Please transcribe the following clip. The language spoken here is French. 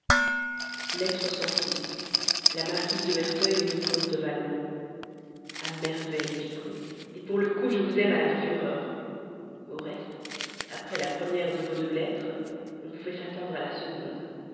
lettre la marquise de merteuil au vicomte de valmont à merveille vicomte pour le coup je vous aime à la fureur au reste après la première de vos deux lettres on pouvait s'attendre à la seconde